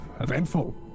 eventful